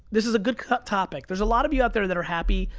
this is a good cut topic. there's a lot of you out there that are happy,